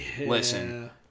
listen